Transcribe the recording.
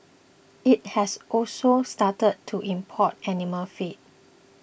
it has also started to import animal feed